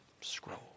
scroll